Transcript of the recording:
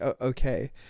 okay